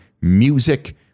music